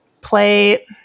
play